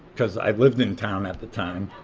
cause i lived in town at the time.